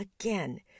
Again